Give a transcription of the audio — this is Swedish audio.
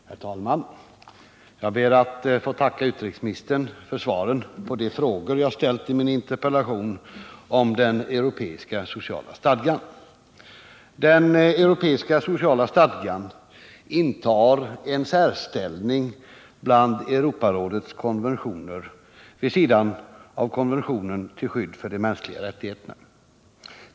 Herr talman! Jag ber att få tacka utrikesministern för svaren på de frågor som jag ställde i min interpellation om den europeiska sociala stadgan. Den europeiska sociala stadgan intar en särställning bland Europarådets konventioner vid sidan av konventionen till skydd för de mänskliga rättigheterna.